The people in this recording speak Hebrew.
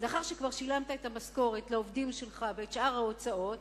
לאחר שכבר שילמת את המשכורת לעובדים שלך ואת שאר ההוצאות,